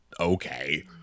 okay